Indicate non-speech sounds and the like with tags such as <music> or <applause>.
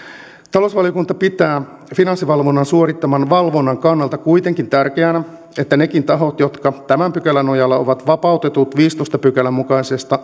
talousvaliokunta pitää finanssivalvonnan suorittaman valvonnan kannalta kuitenkin tärkeänä että nekin tahot jotka tämän pykälän nojalla ovat vapautetut viidennentoista pykälän mukaisesta <unintelligible>